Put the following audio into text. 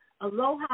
aloha